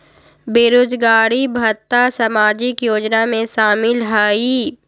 बेरोजगारी भत्ता सामाजिक योजना में शामिल ह ई?